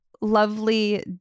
lovely